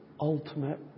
ultimate